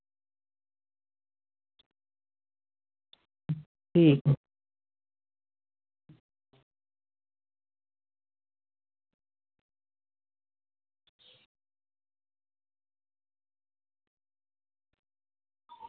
ᱦᱩᱸ